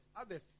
others